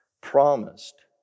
promised